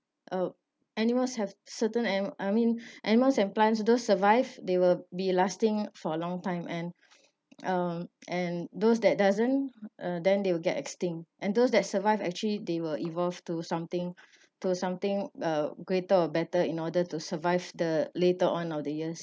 uh animals have certain ani~ I mean animals and plants those survive they will be lasting for a long time and um and those that doesn't uh then they will get extinct and those that survived actually they will evolve to something to something uh greater or better in order to survive the later on or the years